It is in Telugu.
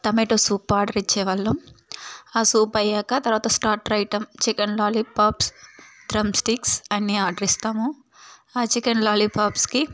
టొమాటో సూప్ ఆర్డర్ ఇచ్చే వాళ్ళం ఆ సూప్ అయ్యాక తర్వాత starter item chicken lollipops drumsticks అన్ని ఆర్డర్ ఇస్తాము ఆ చికెన్ లాలీపాప్స్కి